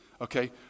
okay